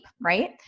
right